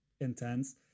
intense